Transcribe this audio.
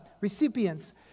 recipients